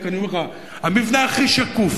אני רק אומר לך שהמבנה הכי שקוף,